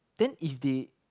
then if they